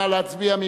נא להצביע.